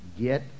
get